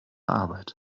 arbeit